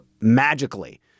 magically